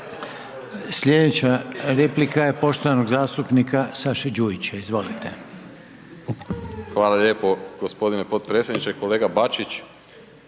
Slijedeća replika je poštovanog zastupnika Saše Đujića, izvolite. **Đujić, Saša (SDP)** Hvala lijepa gospodine potpredsjedniče, kolega Bačić